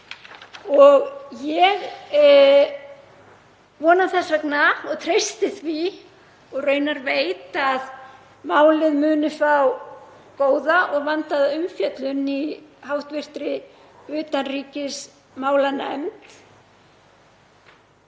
Ég vona þess vegna, treysti því og raunar veit að málið mun fá góða og vandaða umfjöllun í hv. utanríkismálanefnd.